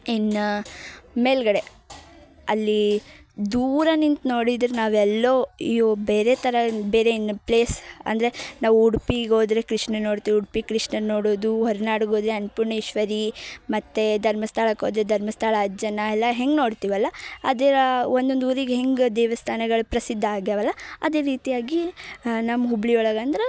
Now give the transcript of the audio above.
ಇನ್ನು ಮೇಲುಗಡೆ ಅಲ್ಲಿ ದೂರ ನಿಂತು ನೋಡಿದ್ರೆ ನಾವೆಲ್ಲೋ ಯೋ ಬೇರೆ ಥರ ಬೇರೆ ಇನ್ನು ಪ್ಲೇಸ್ ಅಂದರೆ ನಾವು ಉಡುಪಿಗೋದ್ರೆ ಕೃಷ್ಣನ ನೋಡ್ತೀವಿ ಉಡುಪಿ ಕೃಷ್ಣನ ನೋಡೋದು ಹೊರ್ನಾಡಗೆ ಹೋದ್ರೆ ಅನ್ನಪೂರ್ಣೇಶ್ವರಿ ಮತ್ತು ಧರ್ಮಸ್ಥಳಕ್ಕೆ ಹೋದ್ರೆ ಧರ್ಮಸ್ಥಳ ಅಜ್ಜನನ್ನ ಎಲ್ಲ ಹೆಂಗೆ ನೋಡ್ತೀವಲ್ಲ ಅದಿರಾ ಒಂದೊಂದು ಊರಿಗೆ ಹೆಂಗೆ ದೇವಸ್ಥಾನಗಳು ಪ್ರಸಿದ್ಧ ಆಗ್ಯವಲ್ಲ ಅದೇ ರೀತಿಯಾಗಿ ನಮ್ಮ ಹುಬ್ಳಿಯೊಳಗೆ ಅಂದ್ರೆ